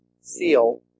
seal